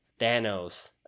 Thanos